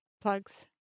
plugs